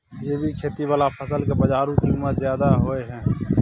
जैविक खेती वाला फसल के बाजारू कीमत ज्यादा होय हय